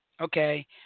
okay